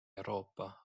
euroopa